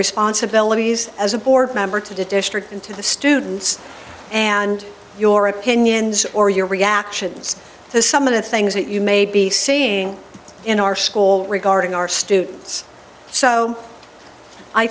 responsibilities as a board member to the district and to the students and your opinions or your reactions to some of the things that you may be seeing in our school regarding our students so i